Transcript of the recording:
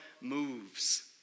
moves